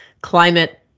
climate